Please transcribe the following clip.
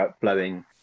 blowing